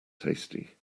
tasty